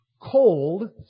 Cold